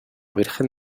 virgen